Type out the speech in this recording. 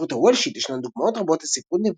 בספרות הוולשית ישנן דוגמאות רבות לספרות נבואית,